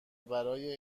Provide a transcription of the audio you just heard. برای